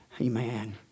amen